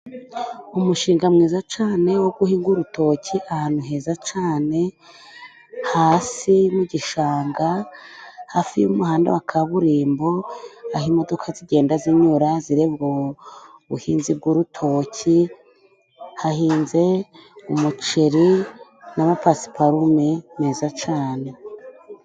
Umushinga mwiza cane wo guhinga urutoki. Ahantu heza cane hasi mu gishanga hafi y'umuhanda wa kaburimbo, aho imodoka zigenda zinyura zireba ubuhinzi bw'urutoki, hahinze umuceri n'amapasiparume meza cane.